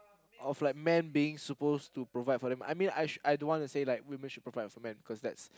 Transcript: of like men being supposed to provide for them I mean I sh~ don't want to say like women should provide for men because that's